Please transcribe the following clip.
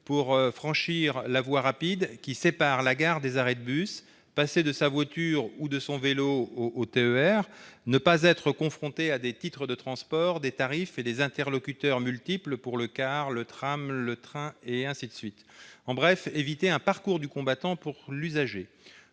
: franchir la voie rapide qui sépare la gare des arrêts de bus, passer de sa voiture ou de son vélo au TER, ne pas être confronté à des titres de transport, des tarifs et des interlocuteurs multiples pour le car, le tram, le train ... En bref, il s'agit d'éviter d'imposer un parcours du combattant à l'usager.